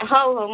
ହଉ ହଉ ମୁଁ